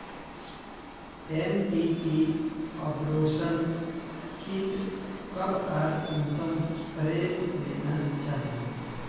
MTP abortion kit कब आर कुंसम करे लेना चही?